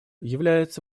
является